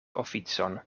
oficon